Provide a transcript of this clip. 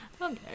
Okay